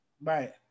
Right